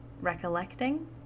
recollecting